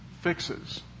fixes